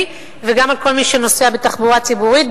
וגם על כל מי שנוסע בתחבורה ציבורית,